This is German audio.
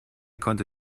konnte